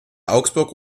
augsburg